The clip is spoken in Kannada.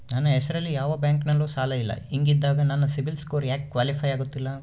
ನನ್ನ ಹೆಸರಲ್ಲಿ ಯಾವ ಬ್ಯಾಂಕಿನಲ್ಲೂ ಸಾಲ ಇಲ್ಲ ಹಿಂಗಿದ್ದಾಗ ನನ್ನ ಸಿಬಿಲ್ ಸ್ಕೋರ್ ಯಾಕೆ ಕ್ವಾಲಿಫೈ ಆಗುತ್ತಿಲ್ಲ?